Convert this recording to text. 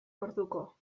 orduko